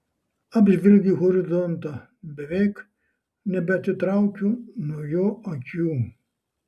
apžvelgiu horizontą beveik nebeatitraukiu nuo jo akių